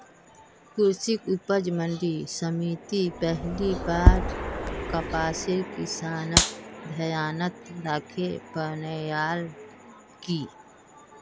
कृषि उपज मंडी समिति पहली बार कपासेर किसानक ध्यानत राखे बनैयाल की